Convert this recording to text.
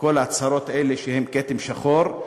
כל ההצהרות האלה, שהן כתם שחור,